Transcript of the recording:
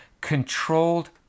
controlled